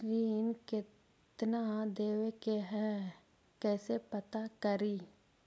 ऋण कितना देवे के है कैसे पता करी?